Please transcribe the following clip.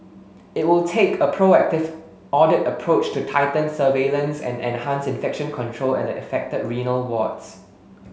it will take a proactive audit approach to tighten surveillance and enhance infection control at the affected renal wards